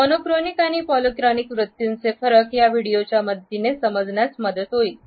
monochronic आणि polychronic व्यक्तींमध्ये वृत्तीचे फरक या व्हिडिओच्या मदतीने समजण्यास मदत होईल